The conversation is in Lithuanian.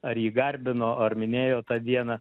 ar jį garbino ar minėjo tą dieną